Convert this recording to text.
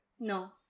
No